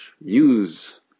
use